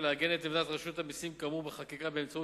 לעגן את עמדת רשות המסים כאמור בחקיקה באמצעות